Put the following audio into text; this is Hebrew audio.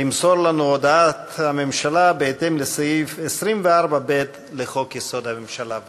למסור לנו הודעת הממשלה בהתאם לסעיף 24(ב) לחוק-יסוד: הממשלה.